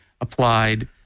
applied